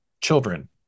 children